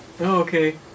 okay